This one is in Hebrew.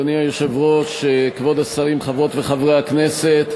אדוני היושב-ראש, כבוד השרים, חברות וחברי הכנסת,